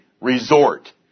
resort